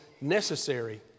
necessary